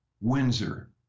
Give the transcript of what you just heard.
Windsor